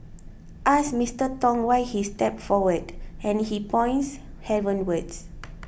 ask Mister Tong why he stepped forward and he points heavenwards